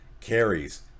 carries